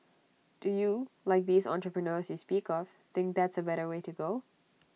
do you like these entrepreneurs you speak of think that's A better way to go